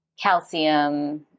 calcium